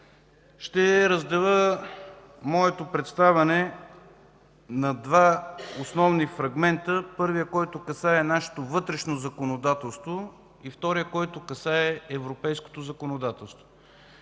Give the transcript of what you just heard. ще разделя моето представяне на два основни фрагмента: първият, който касае нашето вътрешно законодателство, и вторият, който касае европейското законодателство.